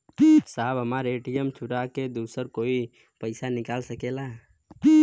साहब हमार ए.टी.एम चूरा के दूसर कोई पैसा निकाल सकेला?